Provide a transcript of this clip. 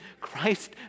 Christ